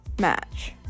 match